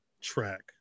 track